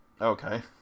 Okay